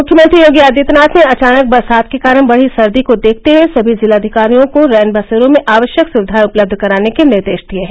मुख्यमंत्री योगी आदित्यनाथ ने अचानक बरसात के कारण बढ़ी सर्दी को देखते हुए सभी जिलाधिकारियों को रैनबसेरों में आवश्यक सुविधाएं उपलब्ध कराने के निर्देश दिए हैं